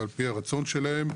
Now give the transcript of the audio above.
ועל פי הרצון שלהם,